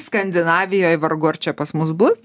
skandinavijoj vargu ar čia pas mus bus